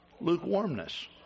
Lukewarmness